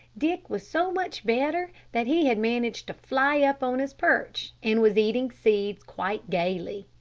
dick was so much better that he had managed to fly up on his perch, and was eating seeds quite gayly.